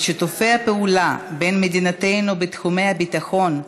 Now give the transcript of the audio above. ושיתופי הפעולה בין מדינותינו בתחומי הביטחון,